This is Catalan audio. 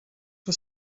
que